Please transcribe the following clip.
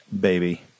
baby